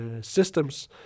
systems